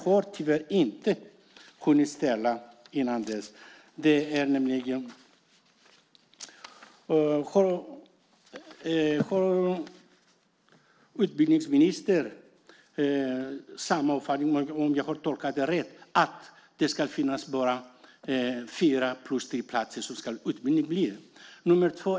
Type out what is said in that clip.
Har utbildningsministern uppfattningen, om jag har tolkat honom rätt, att utbildningen ska finnas på bara fyra plus tre platser?